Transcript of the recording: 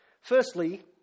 Firstly